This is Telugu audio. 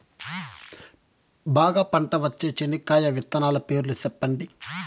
బాగా పంట వచ్చే చెనక్కాయ విత్తనాలు పేర్లు సెప్పండి?